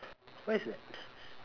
what is that